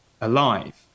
alive